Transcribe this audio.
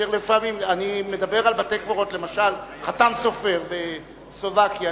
אני מדבר על בתי-קברות, למשל, חת"ם סופר בסלובקיה.